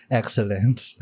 excellence